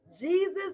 Jesus